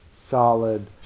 solid